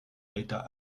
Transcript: l’état